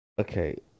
Okay